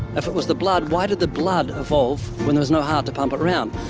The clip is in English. if it was the blood, why did the blood evolve when there was no heart to pump it around?